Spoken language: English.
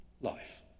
life